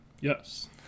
Yes